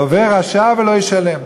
"לוה רשע ולא ישלם".